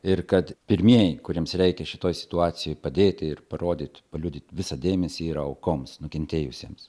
ir kad pirmieji kuriems reikia šitoj situacijoj padėti ir parodyt paliudyt visą dėmesį yra aukoms nukentėjusiems